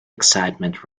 excitement